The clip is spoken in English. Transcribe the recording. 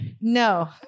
No